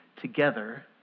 together